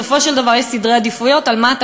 בסופו של דבר יש סדרי עדיפויות: על מה אתה